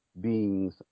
beings